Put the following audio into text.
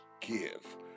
give